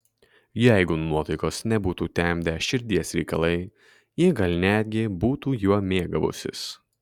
jeigu nuotaikos nebūtų temdę širdies reikalai ji gal netgi būtų juo mėgavusis